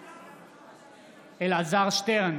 בעד אלעזר שטרן,